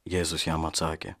jėzus jam atsakė